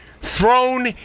thrown